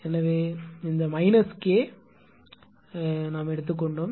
எனவே இந்த K இருந்தது என்று நாங்கள் எடுத்துக்கொண்டோம்